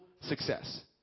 success